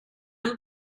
and